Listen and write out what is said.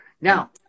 Now